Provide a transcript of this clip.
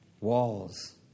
Walls